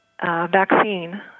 vaccine